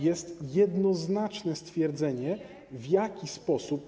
Jest jednoznaczne stwierdzenie, w jaki sposób.